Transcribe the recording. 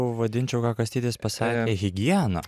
vadinčiau ką kastytis pasakė higiena